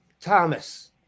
Thomas